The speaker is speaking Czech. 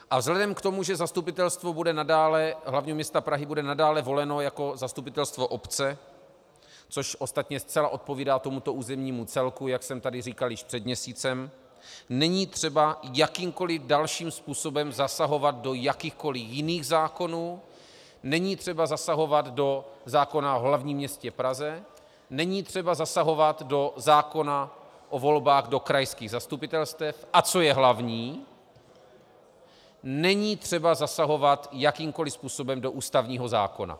A vzhledem k tomu, že Zastupitelstvo hl. m. Prahy bude nadále voleno jako zastupitelstvo obce, což ostatně zcela odpovídá tomuto územnímu celku, jak jsem tady říkal již před měsícem, není třeba jakýmkoli dalším způsobem zasahovat do jakýchkoliv jiných zákonů, není třeba zasahovat do zákona o hl. m. Praze, není třeba zasahovat do zákona o volbách do krajských zastupitelstev, a co je hlavní, není třeba zasahovat jakýmkoliv způsobem do ústavního zákona.